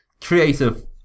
creative